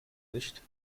nicht